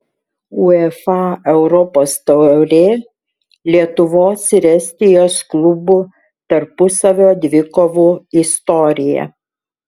uefa europos taurė lietuvos ir estijos klubų tarpusavio dvikovų istorija